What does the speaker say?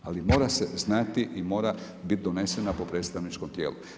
Ali mora se znati i mora biti donesena po predstavničkom tijelu.